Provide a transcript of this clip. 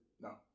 No